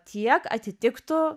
tiek atitiktų